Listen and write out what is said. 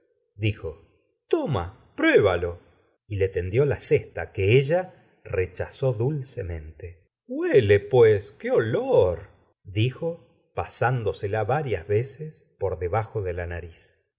toma pruébalo y le tendió la cesta que ella rechazó dulcemente huele pues qué olor dijo pasándosela varias veces por debajo de la nariz